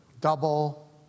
double